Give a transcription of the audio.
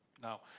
now,